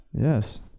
Yes